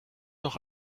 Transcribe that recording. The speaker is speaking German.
doch